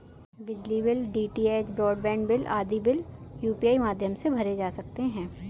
बिजली bill, DTH broadband bill आदि bill UPI माध्यम से भरे जा सकते हैं